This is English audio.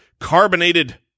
carbonated